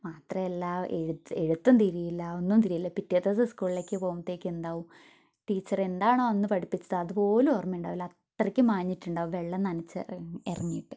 മാത്രമല്ല എഴുത്ത് എഴുത്തും തിരിയില്ല ഒന്നും തിരിയില്ല പിറ്റത്തെ ദിവസം സ്കൂളിലേക്ക് പോകുമ്പോഴത്തേക്കും എന്താവും ടീച്ചർ എന്താണോ അന്ന് പഠിപ്പിച്ചത് അതുപോലും ഓർമ്മ ഉണ്ടാവില്ല അത്രയ്ക്കും മാഞ്ഞിട്ടുണ്ടാവും വെള്ളം നനച്ച് ഇറങ്ങിയിട്ട്